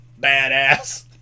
badass